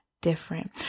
different